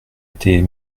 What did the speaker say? étaient